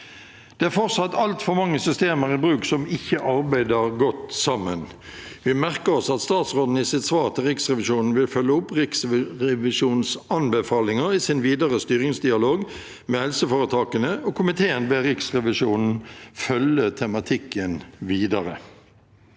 Det er fortsatt altfor mange systemer i bruk som ikke arbeider godt sammen. Vi merker oss at statsråden i sitt svar til Riksrevisjonen vil følge opp Riksrevisjonens anbefalinger i sin videre styringsdialog med helseforetakene, og komiteen ber Riksrevisjonen følge tematikken videre.